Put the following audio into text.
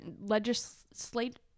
legislate